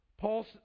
Paul